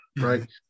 right